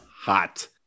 hot